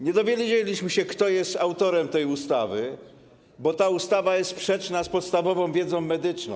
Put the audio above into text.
Nie dowiedzieliśmy się, kto jest autorem tej ustawy, bo ta ustawa jest sprzeczna z podstawową wiedzą medyczną.